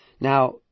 now